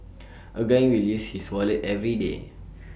A guy will use his wallet everyday